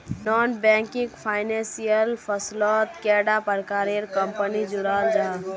Non banking financial फसलोत कैडा प्रकारेर कंपनी जुराल जाहा?